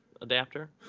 adapter